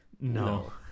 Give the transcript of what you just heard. No